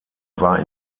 war